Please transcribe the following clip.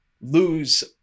lose